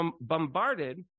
bombarded